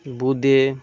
বোঁদে